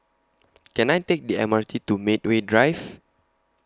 Can I Take The M R T to Medway Drive